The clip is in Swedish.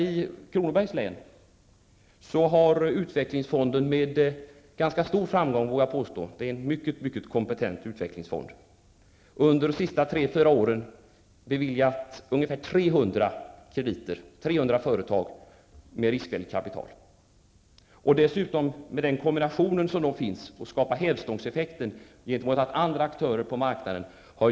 I Kronobergs län har utvecklingsfonden med ganska stor framgång -- utvecklingsfonden i Kronobergs län är mycket kompetent -- under de senaste tre--fyra åren ställt upp med riskvilligt kapital till ca 300 företag. Dessutom har man gjort bra insatser, eftersom den kombination som finns har skapat hävstångseffekt gentemot andra aktörer på marknaden.